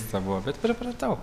savo bet pripratau